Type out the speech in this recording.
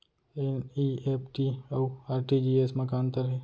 NEFT अऊ RTGS मा का अंतर हे?